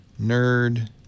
nerd